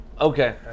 Okay